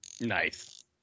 Nice